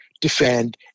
defend